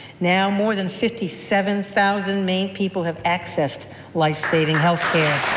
now more than fifty seven thousand maine people have accessed life-saving health care.